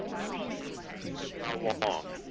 first increase in how long.